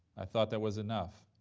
i thought that was enough,